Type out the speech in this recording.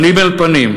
פנים אל פנים,